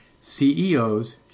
CEOs